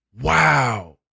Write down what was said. wow